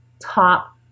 top